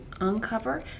uncover